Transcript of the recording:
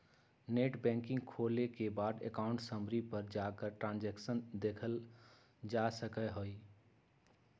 net banking खोले के बाद अकाउंट समरी पर जाकर ट्रांसैक्शन देखलजा सका हई